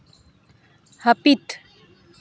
ᱦᱟᱹᱯᱤᱫ